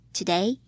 Today